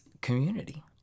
community